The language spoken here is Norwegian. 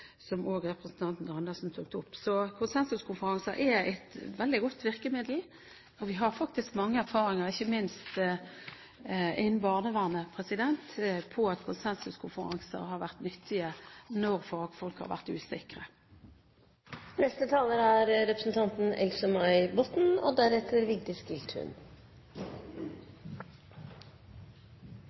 som skal legges til grunn, er jeg utrolig enig i det. Men når de lærde strides, hva er da den beste kunnskapen både medikamentelt og behandlingsmessig? Det tok også representanten Karin Andersen opp. Konsensuskonferanser er et veldig godt virkemiddel. Vi har faktisk mange erfaringer, ikke minst innen barnevernet, på at konsensuskonferanser har vært nyttige når